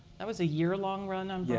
that was a year-long run on yeah